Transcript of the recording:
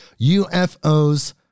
UFOs